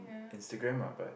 Instagram lah but